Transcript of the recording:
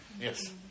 Yes